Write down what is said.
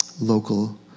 local